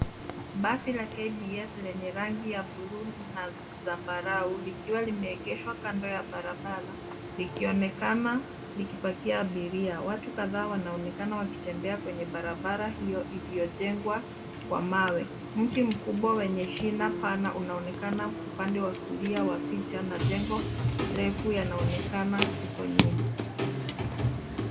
Basi la KBS lenye rangi ya buluu na zambarau likiwa limeegeshwa kando ya barabara likiwa linaonekana wakipakia abiria. Watu kadhaa wanaonekana kutembea kwa barabara hiyo iliyojengwa kwa mawe. Mti mkubwa wenye shina pana unaonekana upande wa kulia wa picha na jengo refu linaonekana huko nyuma.